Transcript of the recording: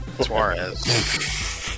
Suarez